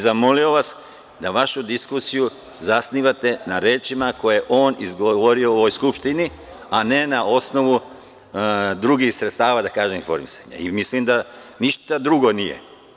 Zamolio vas da vašu diskusiju zasnivate na rečima koje je on izgovorio u ovoj skupštini, a ne na osnovu drugih sredstava, da kažem, informisanja i mislim da ništa drugo nije.